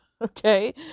Okay